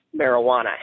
marijuana